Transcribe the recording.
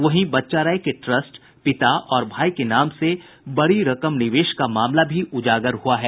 वहीं बच्चा राय के ट्रस्ट पिता और भाई के नाम से बड़ी रकम निवेश का भी मामला उजागर हुआ है